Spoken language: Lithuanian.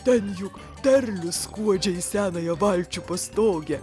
ten juk terlius skuodžia į senąją valčių pastogę